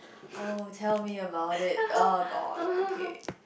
oh tell me about it uh god okay